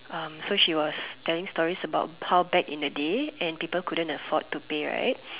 so she was telling stories about how back in the day and people couldn't afford to pay right